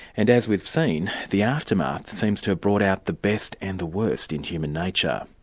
and as we've seen, the aftermath seems to have brought out the best and the worst in human nature.